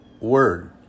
word